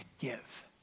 give